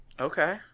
Okay